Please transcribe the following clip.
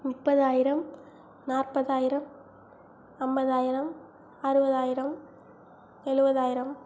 முப்பதாயிரம் நாற்பதாயிரம் ஐம்பதாயிரம் அறுபதாயிரம் எழுபதாயிரம்